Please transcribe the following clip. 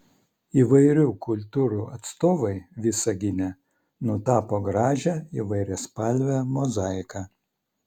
įvairių kultūrų atstovai visagine nutapo gražią įvairiaspalvę mozaiką